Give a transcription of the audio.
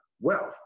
wealth